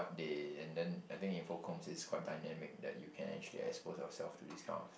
they and then I think Infocomms is quite dynamic that you can actually expose yourself to this kind of